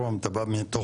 יש לך הרבה מה לתרום.